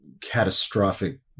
catastrophic